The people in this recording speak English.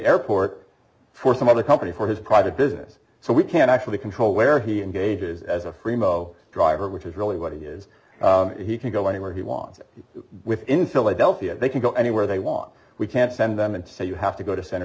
airport for some other company for his private business so we can actually control where he engages as a free mobile driver which is really what he is he can go anywhere he wants in philadelphia they can go anywhere they want we can't send them and say you have to go to center